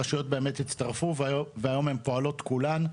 הרשויות באמת הצטרפו והיום הן פועלות כולן,